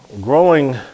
growing